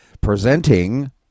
presenting